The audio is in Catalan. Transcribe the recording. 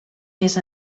més